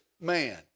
man